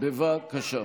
בבקשה.